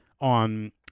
on